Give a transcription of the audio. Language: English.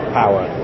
power